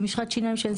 ומשחת שיניים- --?